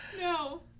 No